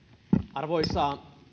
arvoisa